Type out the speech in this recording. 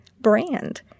brand